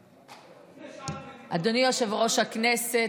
אדוני היושב-ראש הכנסת,